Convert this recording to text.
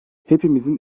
hepimizin